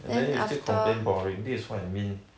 ya then you still complain boring this is what I mean